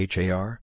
HAR